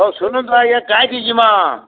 ହଉ ଶୁଣୁନ୍ ତ ଆଜ୍ଞା କାଏଁଥି ଯିମା